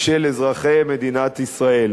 של אזרחי מדינת ישראל.